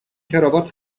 کراوات